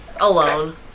Alone